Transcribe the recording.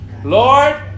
Lord